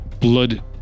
Blood